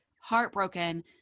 heartbroken